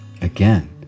Again